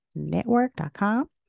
Network.com